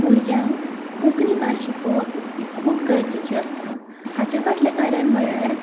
भुरग्यांक कोंकणी भास शिकोवप ही खूब गरजेची आसा हाचें फाटलें कारण म्हणल्यार